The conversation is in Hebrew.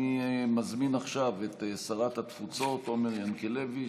אני מזמין עכשיו את שרת התפוצות עומר ינקלביץ'